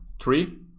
three